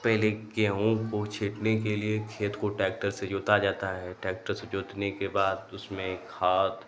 पहले गेहूँ को छीटने के लिए लिए खेत को ट्रैक्टर से जोता जाता है ट्रैक्टर से जोतने के बाद उसमें खाद